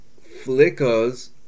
Flickers